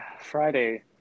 Friday